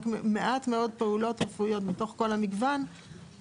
רק מעט מאוד פעולות רפואיות מתוך כל המגוון,